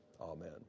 Amen